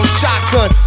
shotgun